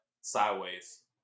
sideways